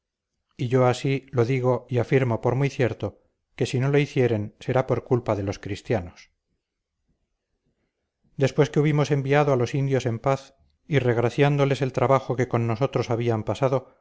y yo así lo digo y afirmo por muy cierto que si no lo hicieren será por culpa de los cristianos después que hubimos enviado a los indios en paz y regraciándoles el trabajo que con nosotros habían pasado